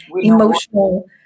emotional